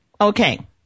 Okay